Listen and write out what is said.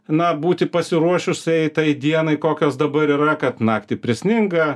na būti pasiruošusiai tai dienai kokios dabar yra kad naktį prisninga